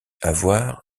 avoir